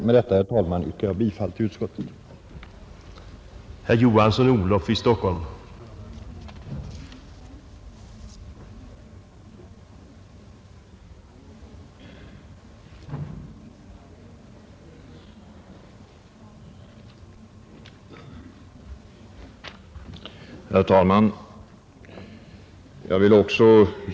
Med detta ber jag att få yrka bifall till utskottets hemställan.